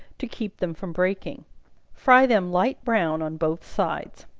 to keep them from breaking fry them light brown on both sides.